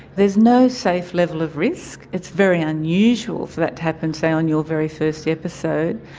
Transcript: there is no safe level of risk. it's very unusual for that to happen, say, on your very first episode.